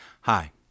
Hi